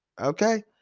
Okay